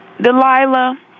Delilah